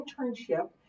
internship